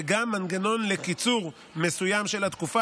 וגם מנגנון לקיצור מסוים של התקופה